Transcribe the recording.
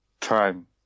time